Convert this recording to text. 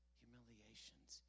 humiliations